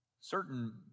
certain